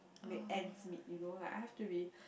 make ends meet you know like I have to be